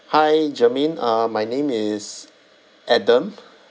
hi germaine uh my name is adam